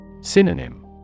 Synonym